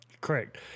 Correct